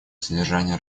содержания